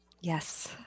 Yes